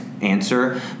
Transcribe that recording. answer